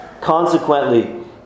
Consequently